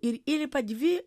ir įlipa dvi